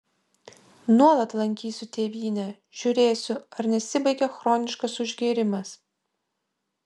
nuolat lankysiu tėvynę žiūrėsiu ar nesibaigia chroniškas užgėrimas